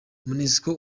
monusco